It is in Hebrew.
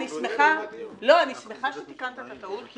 אני שמחה שתיקנת את הטעות כי